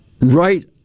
right